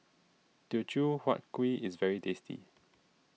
Teochew Huat Kuih is very tasty